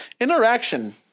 interaction